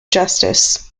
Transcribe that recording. justice